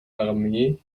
armee